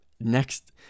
next